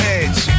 edge